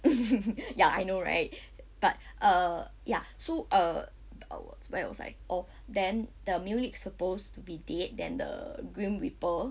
ya I know right but err ya so uh where was I oh then the male lead supposed to be dead then the grim reaper